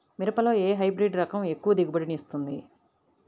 మిరపలో ఏ హైబ్రిడ్ రకం ఎక్కువ దిగుబడిని ఇస్తుంది?